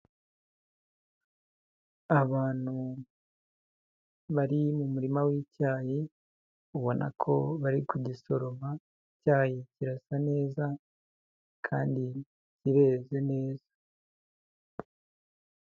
Abantu bari mu murima w'icyayi, ubona ko bari kugisoroma, icyayi kirasa neza kandi kireze neza.